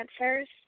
answers